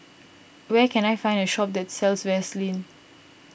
where can I find a shop that sells Vaselin